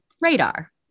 radar